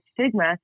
stigma